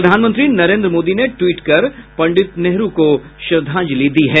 प्रधानमंत्री नरेन्द्र मोदी ने ट्वीट कर पंडित नेहरू को श्रद्वांजलि दी है